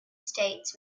states